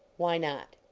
why not?